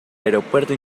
aeropuerto